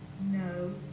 no